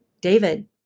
david